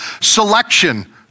selection